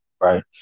right